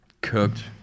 cooked